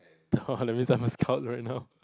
that means I must scout right now